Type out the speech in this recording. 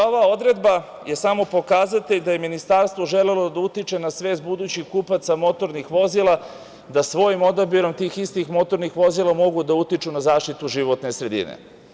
Ova odredba je samo pokazatelj da je Ministarstvo želelo da utiče na svest budućih kupaca motornih vozila, da svojim odabirom tih istih motornih vozila mogu da utiču na zaštitu životne sredine.